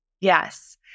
yes